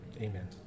Amen